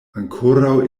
ankoraŭ